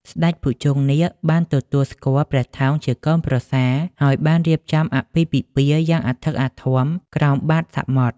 ស្ដេចភុជង្គនាគបានទទួលស្គាល់ព្រះថោងជាកូនប្រសារ ហើយបានរៀបចំពិធីអាពាហ៍ពិពាហ៍យ៉ាងអធិកអធមក្រោមបាតសមុទ្រ។